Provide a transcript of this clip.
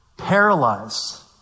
paralyzed